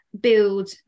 build